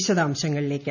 വിശദാംശങ്ങളിലേക്ക്